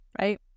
Right